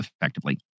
effectively